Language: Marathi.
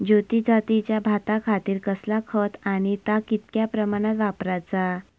ज्योती जातीच्या भाताखातीर कसला खत आणि ता कितक्या प्रमाणात वापराचा?